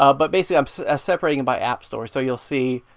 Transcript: ah but basically, i'm so separating and my app store so you'll see,